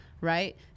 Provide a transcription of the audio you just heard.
right